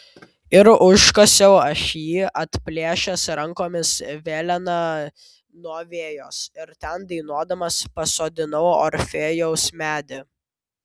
ir užkasiau aš jį atplėšęs rankomis velėną nuo vejos ir ten dainuodamas pasodinau orfėjaus medį